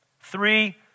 Three